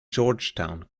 georgetown